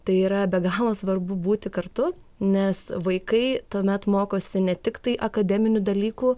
tai yra be galo svarbu būti kartu nes vaikai tuomet mokosi ne tiktai akademinių dalykų